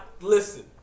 Listen